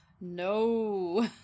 No